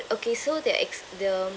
okay so the ex~ the